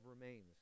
remains